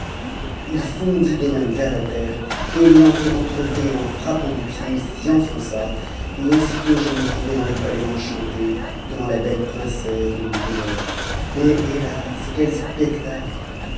il fondit de même vers la terre et l'ayant fait entr'ouvrir en frappant du pied il s'y enfonça et aussitôt je me trouvai dans le palais enchanté devant la belle princesse de l'île d'ébène mais hélas quel spectacle